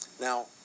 Now